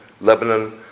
Lebanon